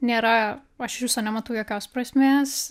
nėra aš iš viso nematau jokios prasmės